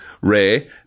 Ray